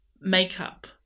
makeup